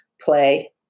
play